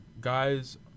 guys